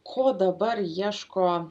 ko dabar ieško